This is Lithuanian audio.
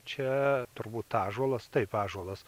čia turbūt ąžuolas taip ąžuolas